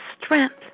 strength